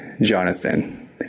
Jonathan